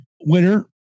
winner